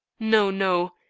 no, no,